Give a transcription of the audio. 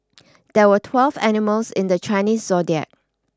there were twelve animals in the Chinese zodiac